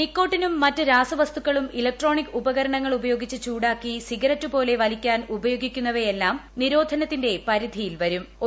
നിക്കോട്ടിനും മറ്റ് രാസവസ്തുക്കളും ഇലക്ട്രോണിക്ക് ഉപകരണങ്ങൾ ഉപയോഗിച്ച് ചൂടാക്കി സിഗരറ്റ് പോലെ വലിക്കാൻ ഉപ്പ്യോഗിക്കുന്നവയെല്ലാം നിരോധനത്തിന്റെ പരിധിയിൽപ്പെടും